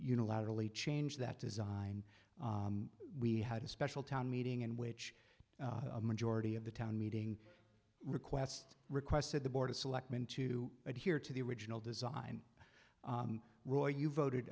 unilaterally change that design we had a special town meeting in which a majority of the town meeting request requested the board of selectmen to adhere to the original design roy you voted